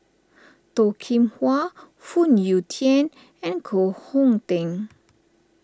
Toh Kim Hwa Phoon Yew Tien and Koh Hong Teng